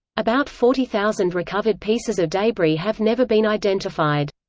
about forty thousand recovered pieces of debris have never been identified.